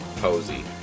Posey